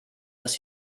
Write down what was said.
dass